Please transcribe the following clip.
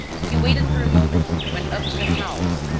he waited for a moment, went up to the house,